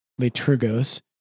liturgos